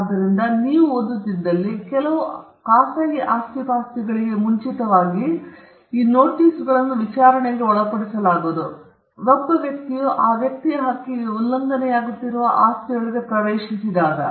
ಆದ್ದರಿಂದ ನೀವು ಓದುತ್ತಿದ್ದಲ್ಲಿ ಕೆಲವು ಖಾಸಗಿ ಆಸ್ತಿಪಾಸ್ತಿಗಳಿಗೆ ಮುಂಚಿತವಾಗಿ ಈ ನೋಟಿಸ್ಗಳನ್ನು ವಿಚಾರಣೆಗೆ ಒಳಪಡಿಸಲಾಗುವುದು ಒಬ್ಬ ವ್ಯಕ್ತಿಯು ಆ ವ್ಯಕ್ತಿಯ ಹಕ್ಕಿಗೆ ಉಲ್ಲಂಘನೆಯಾಗುತ್ತಿರುವ ಆಸ್ತಿಯೊಳಗೆ ಪ್ರವೇಶಿಸಿದರೆ